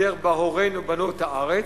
הדרך שבה הורינו בנו את הארץ,